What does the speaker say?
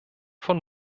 von